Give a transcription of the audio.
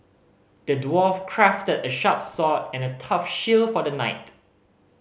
the dwarf crafted a sharp sword and a tough shield for the knight